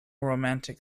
romantic